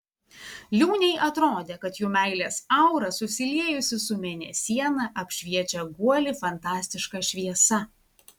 liūnei atrodė kad jų meilės aura susiliejusi su mėnesiena apšviečia guolį fantastiška šviesa